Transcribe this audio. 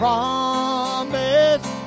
promise